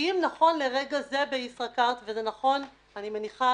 אם נכון לרגע זה בישראכרט ואני מניחה